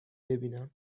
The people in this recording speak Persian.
ببینم